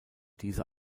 diese